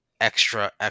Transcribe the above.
extra